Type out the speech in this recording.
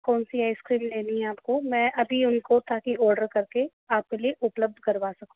कौन सी आइसक्रीम है आपको मैं अभी उनको ताकि ऑर्डर करके आपके लिए उपलब्ध करवा सकूँ